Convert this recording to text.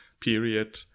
period